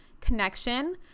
connection